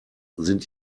sind